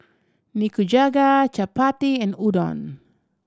Nikujaga Chapati and Udon